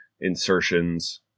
insertions